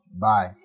bye